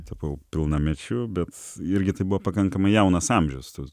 tapau pilnamečiu bet irgi tai buvo pakankamai jaunas amžius tas